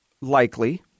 likely